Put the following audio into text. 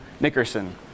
Nickerson